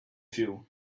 feel